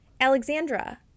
Alexandra